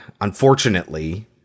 unfortunately